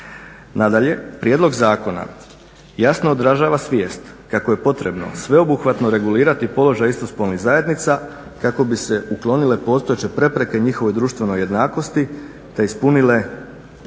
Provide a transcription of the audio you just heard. Nadalje prijedlog zakona jasno odražava svijest kako je potrebno sveobuhvatno regulirati položaj istospolnih zajednica kako bi se uklonile postojeće prepreke njihovoj društvenoj jednakosti te ispunile navedene